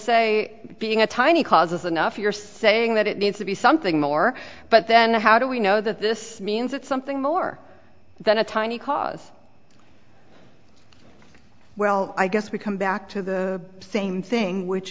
that being a tiny causes enough you're saying that it needs to be something more but then how do we know that this means that something more than a tiny cause well i guess we come back to the same thing which